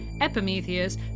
Epimetheus